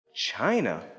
China